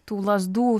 tų lazdų